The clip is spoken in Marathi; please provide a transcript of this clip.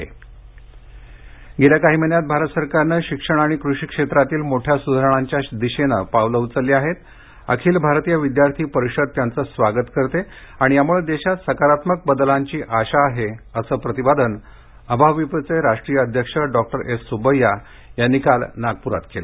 अभाविप गेल्या काही महिन्यांत भारत सरकारनं शिक्षण आणि कृषी क्षेत्रातील मोठ्या सुधारणांच्या दिशेनं पावलं उचलली आहेत अखिल भारतीय विद्यार्थी परिषद त्यांच स्वागत करते आणि यामुळे देशात सकारात्मक बदलांची आशा आहे असं प्रतिपादन अभाविपचे राष्ट्रीय अध्यक्ष डॉ एस सुब्बय्या यांनी काल नागप्रात केलं